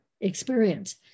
experience